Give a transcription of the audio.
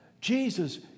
Jesus